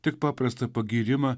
tik paprastą pagyrimą